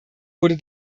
wurde